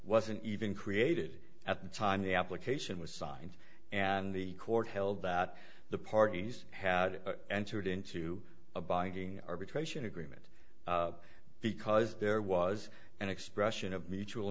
wasn't even created at the time the application was signed and the court held that the parties had entered into a binding arbitration agreement because there was an expression of mutual